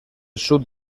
sud